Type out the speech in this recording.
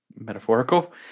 metaphorical